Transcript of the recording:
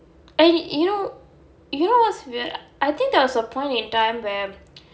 eh you know you know what's weird I think there was a point in time where